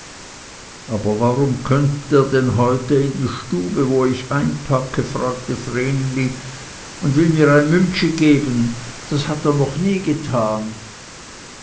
aber warum kömmt er denn heute in die stube wo ich einpacke fragte vreneli und will mir ein müntschi geben das hat er noch nie getan